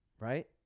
Right